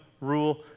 rule